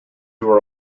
were